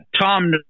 Tom